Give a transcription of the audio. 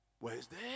Wednesday